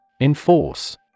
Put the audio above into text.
Enforce